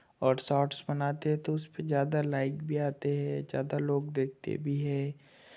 और शॉर्ट्स बनाते हैं तो उस पे ज़्यादा लाइक भी आते है ज़्यादा लोग देखते भी हैं